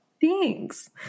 thanks